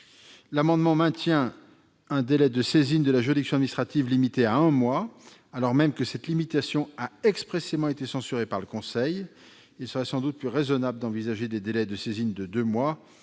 amendement maintient un délai de saisine de la juridiction administrative limité à un mois, alors même que cette limitation a été expressément censurée par le Conseil constitutionnel. Il serait sans doute plus raisonnable d'envisager des délais de saisine de deux mois,